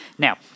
Now